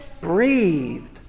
breathed